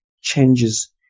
changes